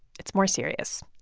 it's more serious.